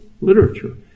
literature